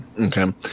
Okay